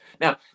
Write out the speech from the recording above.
Now